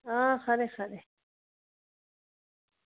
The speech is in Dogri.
आं खरे खरे